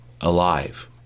alive